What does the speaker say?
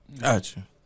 Gotcha